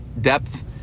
depth